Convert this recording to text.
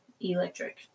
electric